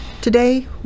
Today